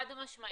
חד משמעית.